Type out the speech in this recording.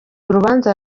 urubanza